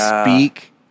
speak